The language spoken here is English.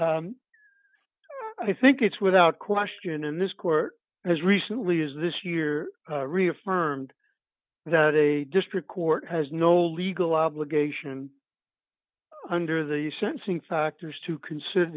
much i think it's without question in this court as recently as this year reaffirmed that a district court has no legal obligation under the sensing factors to consider